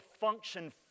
function